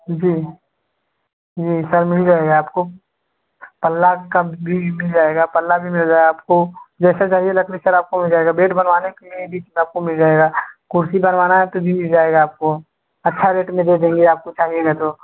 जी जी सर मिल जाएगा आपको पल्ला का भी मिल जाएगा पल्ला भी मिल जाएगा आपको जैसा चाहिए लकड़ी सर आपको मिल जाएगा बेड बनवाने के लिए भी आपको मिल जाएगा कुर्सी बनवाना है तो भी मिल जाएगा आपको अच्छा रेट में दे देंगे आपको चाहिएगा तो